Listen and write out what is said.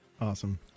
awesome